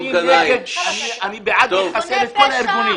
אני בעד לחסל את כל הארגונים.